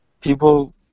people